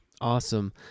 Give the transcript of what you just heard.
Awesome